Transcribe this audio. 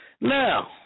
Now